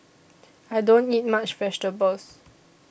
I don't eat much vegetables